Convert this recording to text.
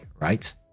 right